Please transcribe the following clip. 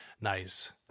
Nice